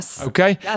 okay